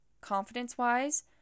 confidence-wise